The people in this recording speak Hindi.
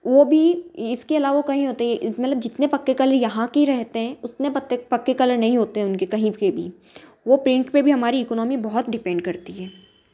वह भी इसके अलावा कहीं होते हैं मतलब जितने पक्के कलर यहाँ के रेहते हैं उतने पक्के कलर नहीं होते हैं उनके कहीं के भी वह पेंट पर भी हमारी इकोनॉमी बहुत डिपेंड करती है